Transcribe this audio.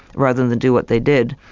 rather than than do what they did.